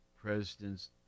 President's